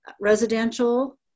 residential